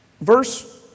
verse